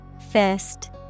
Fist